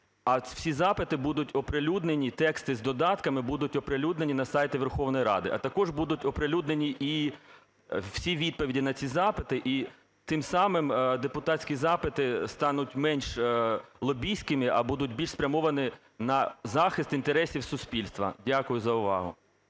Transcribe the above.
а всі запити будуть оприлюднені, тексти з додатками будуть оприлюднені на сайті Верховної Ради, а також будуть оприлюднені і всі відповіді на ці запити. І тим самим депутатські запити стануть менш лобістськими, а будуть більш спрямовані на захист інтересів суспільства. Дякую за увагу.